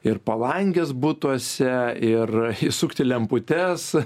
ir palanges butuose ir įsukti lemputes